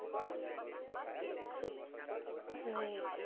हर कोई सब नहीं